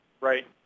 right